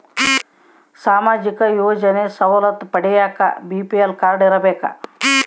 ಸಾಮಾಜಿಕ ಯೋಜನೆ ಸವಲತ್ತು ಪಡಿಯಾಕ ಬಿ.ಪಿ.ಎಲ್ ಕಾಡ್೯ ಇರಬೇಕಾ?